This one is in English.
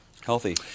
Healthy